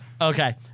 Okay